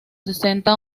sesenta